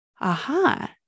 aha